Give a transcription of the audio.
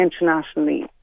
internationally